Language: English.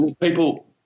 People